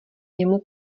němu